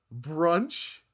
Brunch